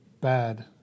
bad